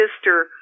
sister